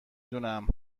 دونم